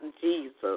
Jesus